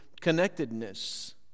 connectedness